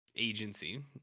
agency